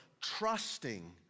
trusting